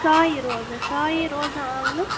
سایہِ روزِ سایہِ روزان آنٛگنَس